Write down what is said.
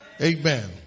Amen